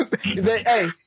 Hey